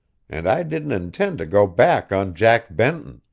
and i didn't intend to go back on jack benton